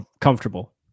Comfortable